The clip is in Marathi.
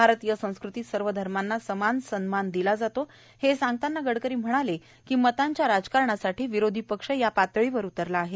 भारतीय संस्कृतीत सर्व धर्माना समान सन्मान दिला जातो हे सांगतांना गडकरी म्हणाले की मतांच्या राजकारणासाठी विरोधी पक्ष या पातळीवर उतरला आहे